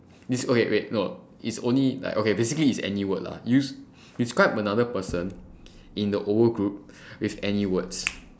des~ okay wait no is only like okay basically it's any word lah yo~ describe another person in the O O group with any words